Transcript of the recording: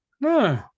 No